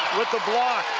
with the block.